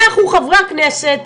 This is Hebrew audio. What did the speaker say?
אנחנו, חברי הכנסת,